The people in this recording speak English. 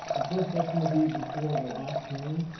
the first destined to be before the last hearing.